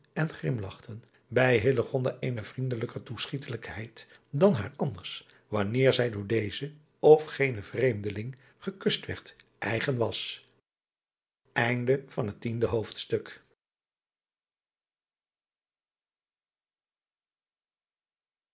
uisman lachten bij eene vriendelijker toeschietelijkheid dan haar anders wanneer zij door dezen of genen vreemdeling gekust werd eigen was